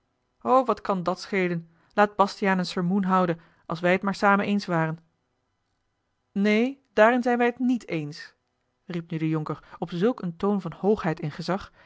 wat kan dàt schelen laat bastiaan een sermoen houden als wij het maar samen eens waren neen daarin zijn wij het niet eens riep nu de jonker op zulk een toon van hoogheid en gezag